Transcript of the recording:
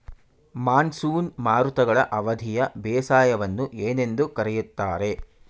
Monsoon ಮಾರುತಗಳ ಅವಧಿಯ ಬೇಸಾಯವನ್ನು ಏನೆಂದು ಕರೆಯುತ್ತಾರೆ?